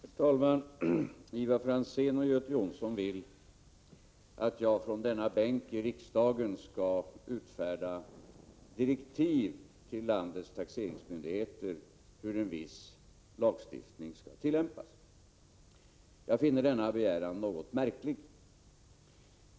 Herr talman! Ivar Franzén och Göte Jonsson vill att jag från denna bänk i riksdagen skall utfärda direktiv till landets taxeringsmyndigheter om hur en viss lagstiftning skall tillämpas. Jag finner denna begäran något märklig.